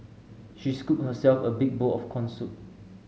she scooped herself a big bowl of corn soup